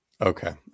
okay